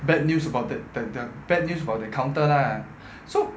bad news about that that that bad news for the counter lah so